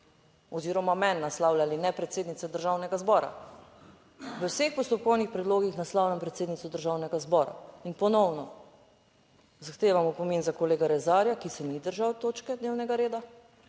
oziroma meni naslavljali, ne predsednica Državnega zbora. V vseh postopkovnih predlogih naslavljam predsednico Državnega zbora in ponovno zahtevam opomin za kolega Rezarja, ki se ni držal točke dnevnega reda